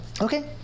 Okay